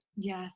Yes